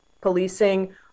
policing